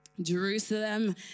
Jerusalem